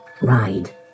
ride